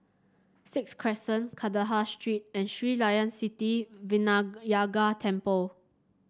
Sixth Crescent Kandahar Street and Sri Layan Sithi Vinayagar Temple